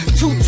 Two